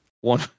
one